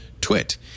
twit